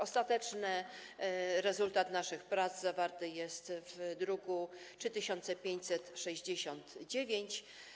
Ostateczny rezultat naszych prac zawarty jest w druku nr 3569.